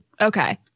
Okay